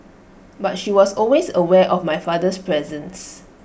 but she was always aware of my father's presence